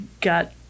got